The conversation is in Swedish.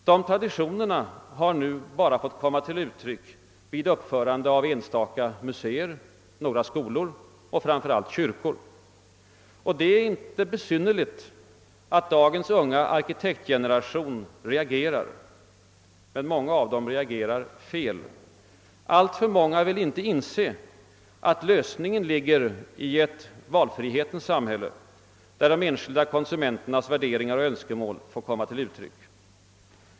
De traditionerna har nu bara fått komma till uttryck vid uppförande av enstaka museer, några skolor och framför allt kyrkor. Det är inte besynnerligt att dagens unga arkitektgeneration reagerar. Men många av dem reagerar fel. Alltför många vill inte inse att lösningen ligger i ett valfrihetens samhälle, där de enskilda konsumenternas värderingar och önskemål får komma till uttryck.